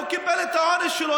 הוא קיבל את העונש שלו,